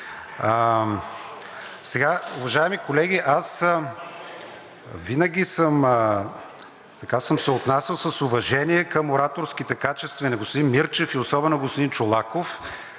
други. Уважаеми колеги, аз винаги съм се отнасял с уважение към ораторските качества и на господин Мирчев, и особено на господин Чолаков,